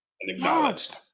acknowledged